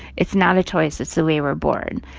it's not a choice. it's the way we're born.